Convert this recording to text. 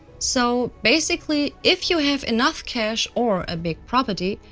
so basically, if you have enough cash, or a big property,